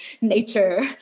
nature